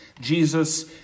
Jesus